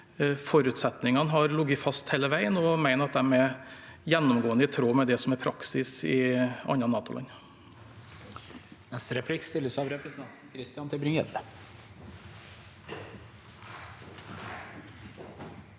forutsetningene har ligget fast hele veien, og jeg mener at de gjennomgående er i tråd med det som er praksis i andre NATO-land.